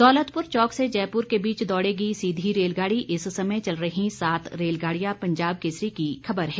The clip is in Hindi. दौलतपुर चौक से जयपुर के बीच दौड़ेगी सीधी रेलगाड़ी इस समय चल रहीं सात रेलगाड़ियां पंजाब केसरी की खबर है